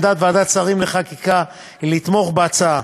עמדת ועדת שרים לחקיקה היא לתמוך בהצעה,